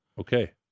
Okay